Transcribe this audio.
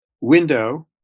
window